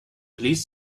please